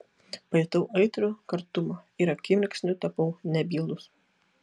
pajutau aitrų kartumą ir akimirksniu tapau nebylus